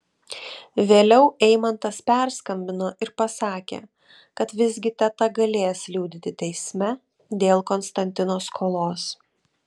vėliau eimantas perskambino ir pasakė kad visgi teta galės liudyti teisme dėl konstantino skolos